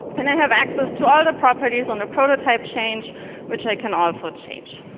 and i have access to all the properties on the prototype change which i can also change.